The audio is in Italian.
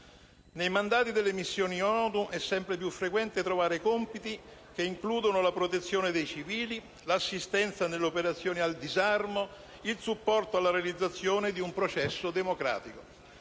Nei mandati delle missioni ONU è sempre più frequente trovare compiti che includono la protezione dei civili, l'assistenza nelle operazioni di disarmo ed il supporto alla realizzazione di un processo democratico.